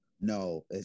No